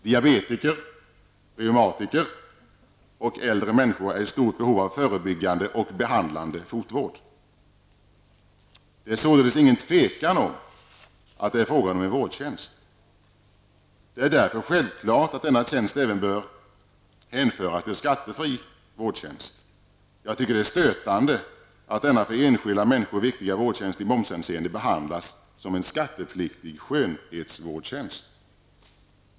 Diabetiker, reumatiker och äldre människor är i stort behov av förebyggande och behandlande fotvård. Det råder således inget tvivel om att det är fråga om en vårdtjänst. Det är därför självklart att denna tjänst även bör hänföras till skattefri vårdtjänst. Jag tycker det är stötande att denna för enskilda människor viktiga vårdtjänst i momshänseende behandlas som en skattepliktig skönhetsvårdstjänst.